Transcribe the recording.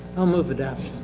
i'll move the dash.